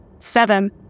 Seven